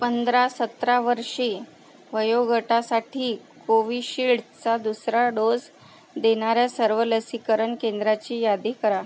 पंधरा सतरा वर्षीय वयोगटासाठी कोविशिल्डचा दुसरा डोस देणाऱ्या सर्व लसीकरण केंद्राची यादी करा